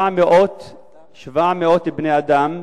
700 בני-אדם,